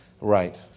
Right